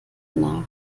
nach